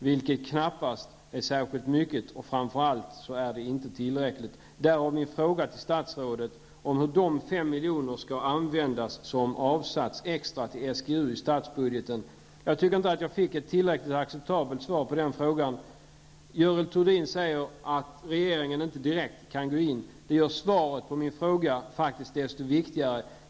Det kan knappast anses vara särskilt mycket. Framför allt är det inte tillräckligt -- därav min fråga till statsrådet om hur de 5 miljoner skall användas som i statsbudgeten har avsatts extra till SGU. Jag tycker inte att jag har fått ett helt acceptabelt svar på den frågan. Görel Thurdin säger att regeringen inte direkt kan gå in. Men det gör att svaret på min fråga blir ännu viktigare.